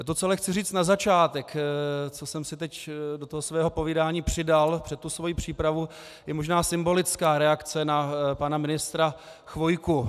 To, co ale chci říct na začátek, co jsem si teď do svého povídání přidal před tu svoji přípravu, je možná symbolická reakce na pana ministra Chvojku.